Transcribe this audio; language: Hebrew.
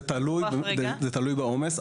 זה תלוי בעומס.